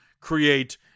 create